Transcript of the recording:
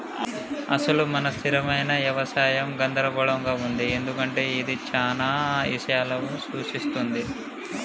అసలు మన స్థిరమైన యవసాయం గందరగోళంగా ఉంది ఎందుకంటే ఇది చానా ఇషయాలను సూఛిస్తుంది